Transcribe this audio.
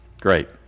Great